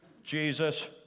Jesus